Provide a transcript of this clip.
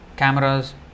cameras